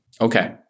Okay